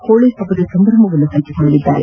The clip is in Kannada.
ಹೋಳ ಹಭ್ಗದ ಸಂಭ್ರಮವನ್ನು ಹಂಚಿಕೊಳ್ಳಲಿದ್ದಾರೆ